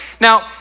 Now